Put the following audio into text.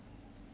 ya